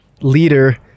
leader